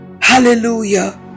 Hallelujah